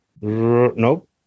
Nope